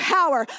power